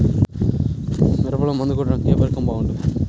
మిరపలో మందు కొట్టాడానికి ఏ పరికరం బాగుంటుంది?